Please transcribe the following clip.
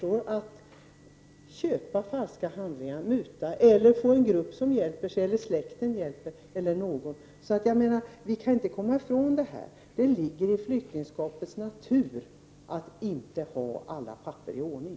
Jo, att köpa falska handlingar, att muta någon eller att få t.ex. en grupp eller släkten att ge hjälp. Vi kan inte komma ifrån detta problem, eftersom det ligger i flyktingskapets natur att alla papper inte alltid är i ordning.